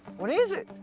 what is it?